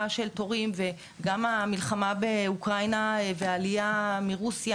של תורים וגם המלחמה באוקראינה והעלייה מרוסיה,